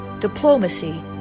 diplomacy